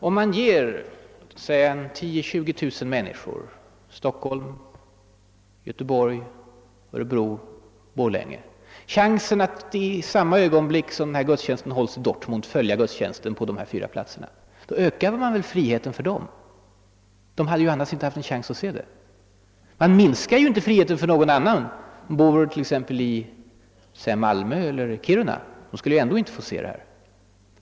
Om man ger låt säga 10 000— 20000 människor i Stockholm, Göteborg, Örebro och Borlänge chansen att i samma ögonblick som gudstjänsten hålls i Dortmund följa den på dessa fyra platser, då ökar man ju friheten för dem! De hade ju annars inte haft en chans att se den. Man minskar ju inte friheten för dem som bor t.ex. i Malmö eller i Kiruna. De skulle ändå inte ha fått se gudstjänsten.